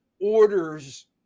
orders